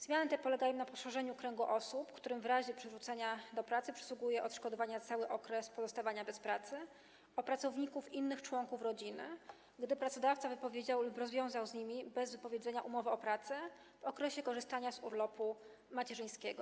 Zmiany polegają na poszerzeniu kręgu osób, którym w razie przywrócenia do pracy przysługuje odszkodowanie za cały okres pozostawania bez pracy, o pracowników - innych członków rodziny, gdy pracodawca wypowiedział lub rozwiązał z nimi bez wypowiedzenia umowę o pracę w okresie korzystania z urlopu macierzyńskiego.